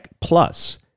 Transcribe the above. plus